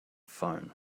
phone